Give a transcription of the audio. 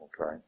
Okay